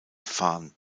van